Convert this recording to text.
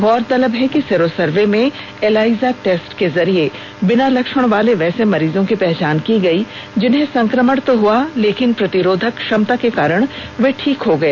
गौरतलब है कि सीरो सर्वे में एलाईजा टेस्ट के जरिए बिना लक्षण वाले वैसे मरीजों की पहचान की गई जिन्हें संक्रमण तो हुआ लेकिन प्रतिरोधक क्षमता के कारण वे ठीक हो गए